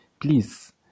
please